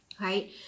Right